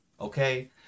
Okay